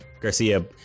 Garcia